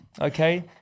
Okay